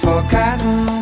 Forgotten